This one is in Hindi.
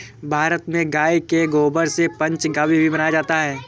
भारत में गाय के गोबर से पंचगव्य भी बनाया जाता है